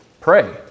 pray